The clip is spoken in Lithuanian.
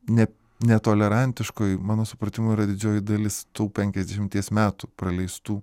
ne netolerantiškoj mano supratimu yra didžioji dalis tų penkiasdešimties metų praleistų